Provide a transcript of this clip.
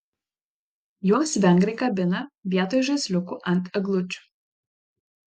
juos vengrai kabina vietoj žaisliukų ant eglučių